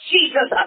Jesus